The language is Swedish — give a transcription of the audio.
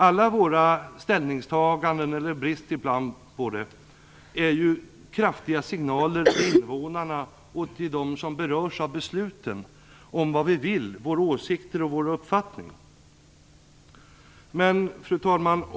Alla våra ställningstaganden, eller ibland brist på ställningstaganden, är kraftiga signaler till invånarna och till dem som berörs av besluten om vad vi vill, våra åsikter och uppfattningar. Fru talman!